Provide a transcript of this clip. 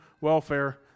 welfare